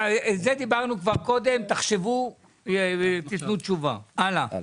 על זה דיברנו כבר קודם, תחשבו ותתנו תשובה, הלאה.